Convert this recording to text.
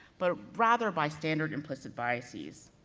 but rather by standard implicit biases.